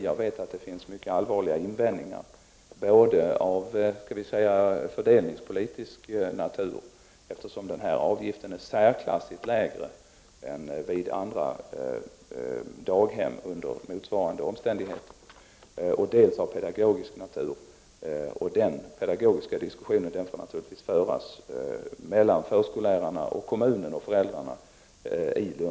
Jag vet att det finns mycket allvarliga invändningar dels av fördelningspolitisk natur, eftersom denna avgift är särklassigt lägre än den vid andra daghem som drivs under motsvarande omständigheter, dels av pedagogisk natur. Den pedagogiska diskussionen får naturligtvis föras mellan förskollärarna, kommunen och föräldrarna i Lund.